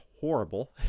horrible